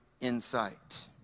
insight